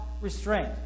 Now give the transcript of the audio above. restraint